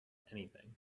anything